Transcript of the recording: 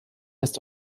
ist